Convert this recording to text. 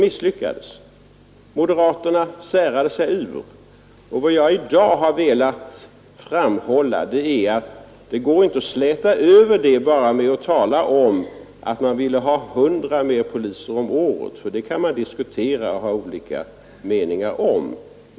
Moderaterna särade sig ur, och vad jag i dag har velat framhålla är att det inte går att släta över det genom att tala om att man ville ha ytterligare 100 poliser om året; den frågan kan man diskutera och ha olika meningar om.